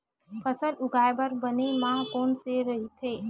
फसल उगाये बर बने माह कोन से राइथे?